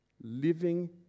living